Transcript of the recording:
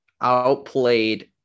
outplayed